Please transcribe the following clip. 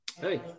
hey